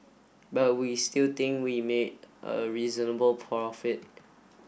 but we still think we made a reasonable profit